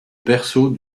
berceau